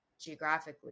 geographically